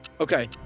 Okay